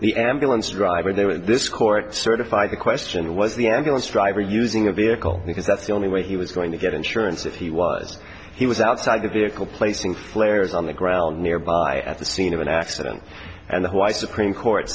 the ambulance driver there at this court certify the question was the ambulance driver using a vehicle because that's the only way he was going to get insurance if he was he was outside the vehicle placing flares on the ground nearby at the scene of an accident and why supreme court